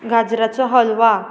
गाजराचो हलवा